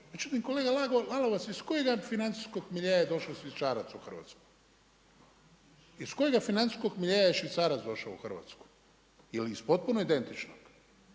Međutim, kolega Lalovac iz kojeg financijskog miljea je došao švicarac u Hrvatsku? Iz kojeg financijskog miljea je švicarac došao u Hrvatsku? Je li iz potpuno identičnog?